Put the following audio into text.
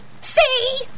See